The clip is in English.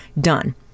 done